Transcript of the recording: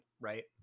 right